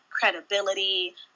credibility